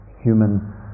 human